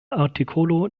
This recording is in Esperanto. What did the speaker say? artikolo